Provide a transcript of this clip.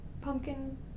pumpkin